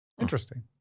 Interesting